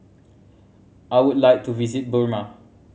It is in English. I would like to visit Burma